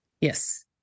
Yes